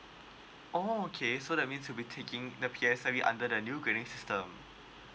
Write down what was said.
oh okay so that means you be taking the P_S_L_E under the new grading system